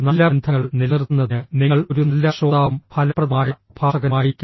നല്ല ബന്ധങ്ങൾ നിലനിർത്തുന്നതിന് നിങ്ങൾ ഒരു നല്ല ശ്രോതാവും ഫലപ്രദമായ പ്രഭാഷകനുമായിരിക്കണം